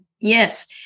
Yes